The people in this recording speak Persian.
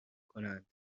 کنند